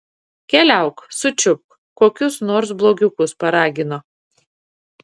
keliauk sučiupk kokius nors blogiukus paragino